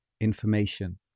information